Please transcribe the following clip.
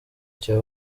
cya